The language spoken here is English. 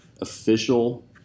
official